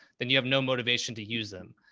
then you have no motivation to use them